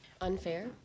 Unfair